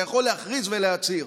אתה יכול להכריז ולהצהיר.